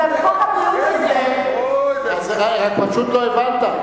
ועל חוק הבריאות הזה, רגע, אוי, אתה פשוט לא הבנת.